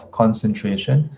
concentration